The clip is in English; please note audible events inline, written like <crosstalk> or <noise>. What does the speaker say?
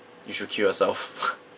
you should kill yourself <laughs>